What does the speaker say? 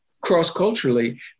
cross-culturally